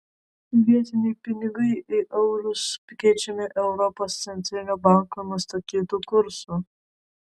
vietiniai pinigai į eurus keičiami europos centrinio banko nustatytu kursu